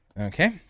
Okay